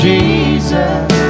Jesus